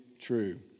true